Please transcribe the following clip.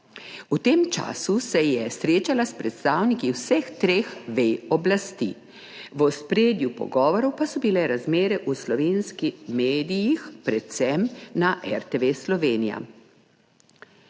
V tem času se je srečala s predstavniki vseh treh vej oblasti, v ospredju pogovorov pa so bile razmere v slovenskih medijih, predvsem na RTV Slovenija.